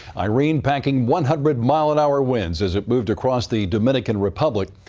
irene, packing one hundred mph winds as it moved across the dominican republic.